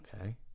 Okay